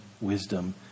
wisdom